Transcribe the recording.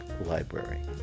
Library